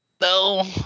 No